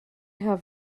have